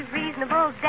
reasonable